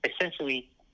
Essentially